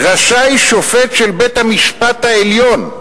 "רשאי שופט של בית-המשפט העליון"